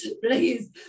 please